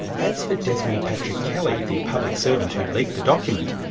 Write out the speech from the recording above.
as for desmond patrick kelly, the public servant who leaked the document,